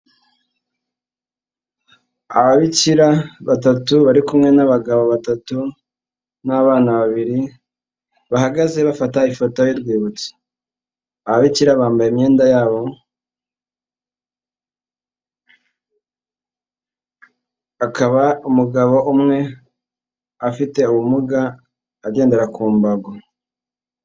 Ababikira batatu bari kumwe n'abagabo batatu n'abana babiri, bahagaze bafata ifoto y'urwibutso, ababikira bambaye imyenda yabo, bakaba umugabo umwe afite ubumuga agendera ku mbago.